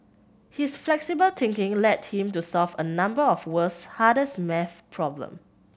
his flexible thinking led him to solve a number of the world's hardest maths problem